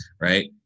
Right